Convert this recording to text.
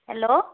hello